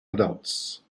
adults